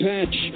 Patch